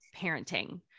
parenting